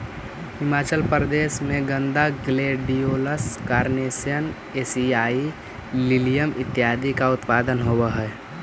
हिमाचल प्रदेश में गेंदा, gladiolus, carnation, एशियाई लिलियम इत्यादि का उत्पादन होवअ हई